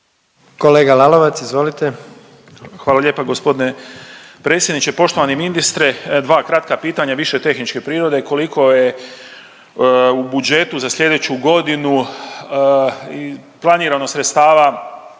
**Lalovac, Boris (SDP)** Hvala lijepa g. predsjedniče. Poštovani ministre, dva kratka pitanja više tehničke prirode koliko je u budžetu za sljedeću godinu planirano sredstava